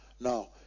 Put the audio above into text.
Now